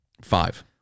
Five